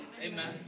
Amen